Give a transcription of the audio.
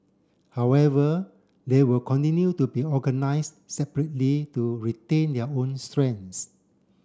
however they will continue to be organise separately to retain their own strengths